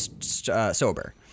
sober